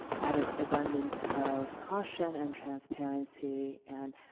out of abundance of caution and transparency. and